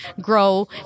grow